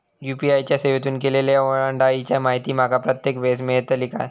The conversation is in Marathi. यू.पी.आय च्या सेवेतून केलेल्या ओलांडाळीची माहिती माका प्रत्येक वेळेस मेलतळी काय?